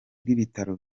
bw’ibitaro